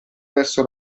verso